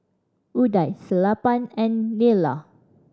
Udai Sellapan and Neila